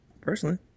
personally